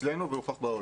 אצלנו ובעולם.